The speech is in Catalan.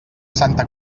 santa